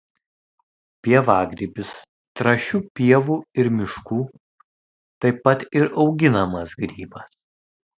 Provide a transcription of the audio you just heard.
pievagrybis trąšių pievų ir miškų taip pat ir auginamas grybas